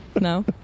No